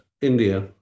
India